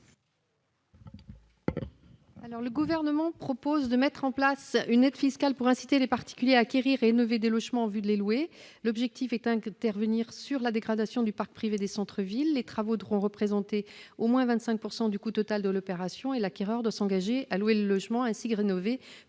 Le Gouvernement propose d'instaurer une aide fiscale pour inciter les particuliers à acquérir et à rénover des logements en vue de les louer. L'objectif est d'intervenir sur la dégradation du parc privé des centres-villes. Les travaux devront représenter au moins 25 % du coût total de l'opération. L'acquéreur doit s'engager à louer le logement ainsi rénové